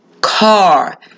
car